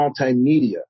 multimedia